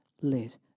let